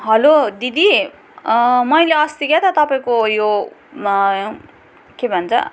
hello दिदी मैले अस्ति क्या त तपाईँको यो के भन्छ